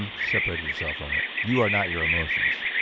um separated yourself from it. you are not your emotions.